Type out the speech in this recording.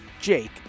Jake